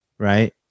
Right